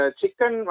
chicken